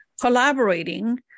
collaborating